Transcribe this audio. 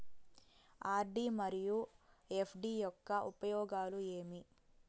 RD మరియు FD యొక్క ఉపయోగాలు ఏమి?